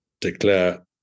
declare